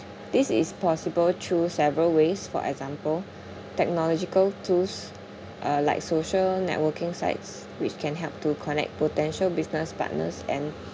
this is possible through several ways for example technological tools uh like social networking sites which can help to connect potential business partners and